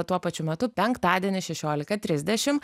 tuo pačiu metu penktadienį šešiolika trisdešimt